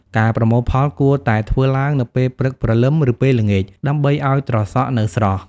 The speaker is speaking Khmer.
ការប្រមូលផលគួរតែធ្វើឡើងនៅពេលព្រឹកព្រលឹម ឬពេលល្ងាចដើម្បីឲ្យត្រសក់នៅស្រស់។